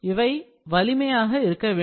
இவைகள் வலிமையாக இருக்க வேண்டும்